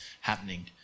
happening